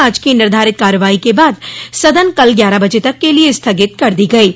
आज को निर्धारित कार्यवाही के बाद सदन कल ग्यारह बजे तक के लिए स्थगित कर दी गई है